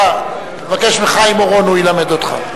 תבקש מחיים אורון, הוא ילמד אותך.